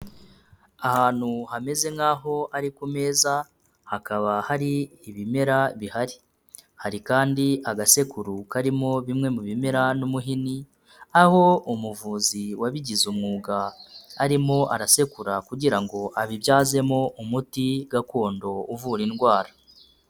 Ahantu hameze nk'aho ari ku meza, hakaba hari ibimera bihari, hari kandi agasekuru karimo bimwe mu bimera n'umuhini, aho umuvuzi wabigize umwuga arimo arasekura kugira ngo abibyazemo umuti gakondo uvura indwara.